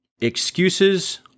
excuses